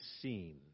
seen